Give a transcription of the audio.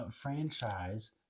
franchise